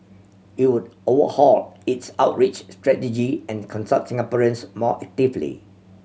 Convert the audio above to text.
it would overhaul its outreach strategy and consult Singaporeans more actively